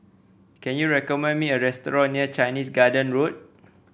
can you recommend me a restaurant near Chinese Garden Road